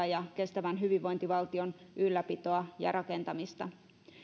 ja kestävän hyvinvointivaltion ylläpitoa ja rakentamista